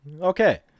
Okay